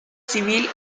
civil